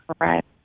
Right